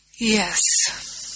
Yes